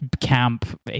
camp